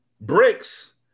Bricks